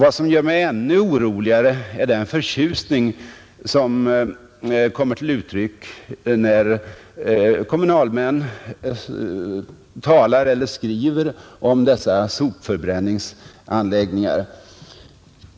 Vad som gör mig ännu oroligare är den förtjusning som kommer till uttryck när kommunalmän talar eller skriver om dessa sopförbränningsanläggningar.